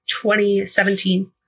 2017